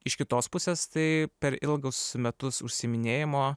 iš kitos pusės tai per ilgus metus užsiiminėjimo